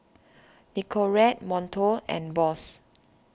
Nicorette Monto and Bose